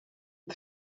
the